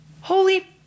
holy